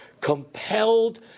compelled